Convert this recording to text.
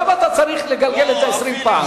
למה אתה צריך לגלגל את זה עשרים פעם?